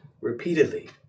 repeatedly